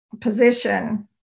position